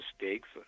mistakes